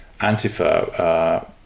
Antifa